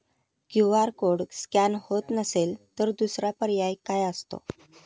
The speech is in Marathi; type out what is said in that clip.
क्यू.आर कोड स्कॅन होत नसेल तर दुसरा पर्याय काय असतो?